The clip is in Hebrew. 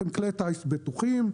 הם כלי טיס בטוחים,